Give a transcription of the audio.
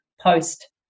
post